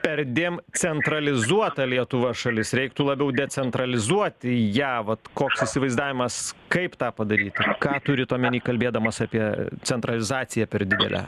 perdėm centralizuota lietuva šalis reiktų labiau decentralizuoti ją vat koks įsivaizdavimas kaip tą padaryti ką turit omeny kalbėdamas apie centralizaciją per didelę